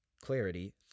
clarity